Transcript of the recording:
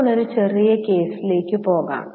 ഇപ്പോൾ ഒരു ചെറിയ കേസിലേക്ക് പോകാം